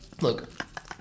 Look